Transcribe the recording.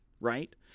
right